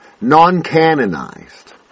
non-canonized